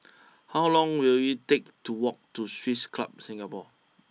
how long will it take to walk to Swiss Club Singapore